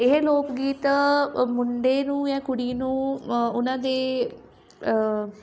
ਇਹ ਲੋਕ ਗੀਤ ਮੁੰਡੇ ਨੂੰ ਜਾਂ ਕੁੜੀ ਨੂੰ ਉਹਨਾਂ ਦੇ